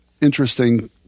interesting